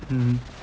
mm